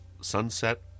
Sunset